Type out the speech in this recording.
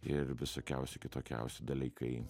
ir visokiausi kitokiausi dalykai